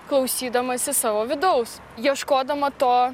klausydamasi savo vidaus ieškodama to